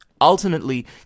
Ultimately